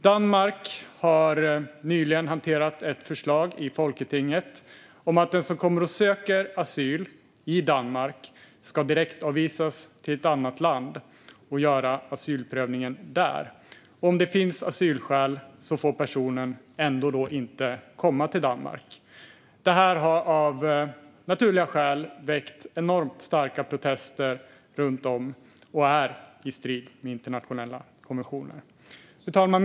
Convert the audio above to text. Danmark har nyligen hanterat ett förslag i folketinget om att den som kommer och söker asyl i Danmark ska direktavvisas till ett annat land och att asylprövningen ska göras där. Om det finns asylskäl får personen ändå inte komma till Danmark. Detta har av naturliga skäl väckt enormt starka protester runt om, och det står i strid med internationella konventioner. Fru talman!